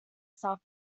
south